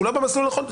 שהוא לא במסלול הנכון.